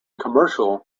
commercial